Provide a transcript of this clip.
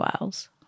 Wales